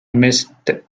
missed